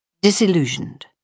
Disillusioned